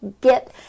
get